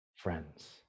friends